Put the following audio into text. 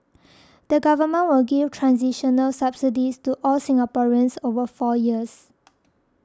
the Government will give transitional subsidies to all Singaporeans over four years